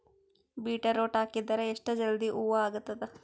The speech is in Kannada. ಬೀಟರೊಟ ಹಾಕಿದರ ಎಷ್ಟ ಜಲ್ದಿ ಹೂವ ಆಗತದ?